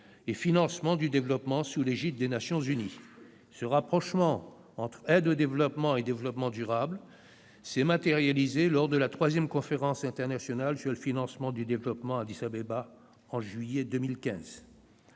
et « financement du développement » sous l'égide des Nations unies. Ce rapprochement entre aide au développement et développement durable s'est matérialisé lors de la troisième conférence internationale sur le financement du développement à Addis-Abeba en juillet 2015.